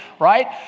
right